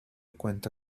cuenta